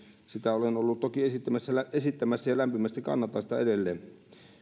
sitä olen ollut toki esittämässä esittämässä ja lämpimästi kannatan edelleen